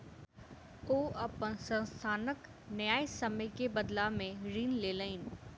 ओ अपन संस्थानक न्यायसम्य के बदला में ऋण लेलैन